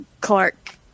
Clark